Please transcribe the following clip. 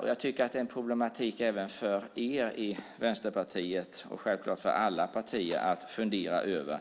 Och jag tycker att det är en problematik även för er i Vänsterpartiet och självklart för alla partier att fundera över.